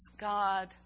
God